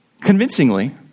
convincingly